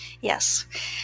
Yes